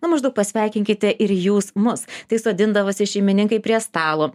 nu maždaug pasveikinkite ir jūs mus tai sodindavosi šeimininkai prie stalo